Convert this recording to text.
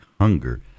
hunger